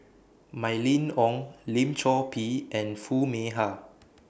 Mylene Ong Lim Chor Pee and Foo Mee Har